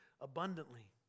abundantly